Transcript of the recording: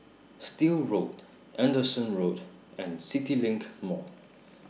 Still Road Anderson Road and CityLink Mall